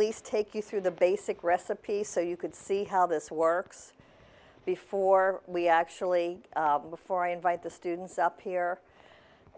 least take you through the basic recipe so you could see how this works before we actually before i invite the students up here